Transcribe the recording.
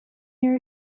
year